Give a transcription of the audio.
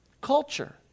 culture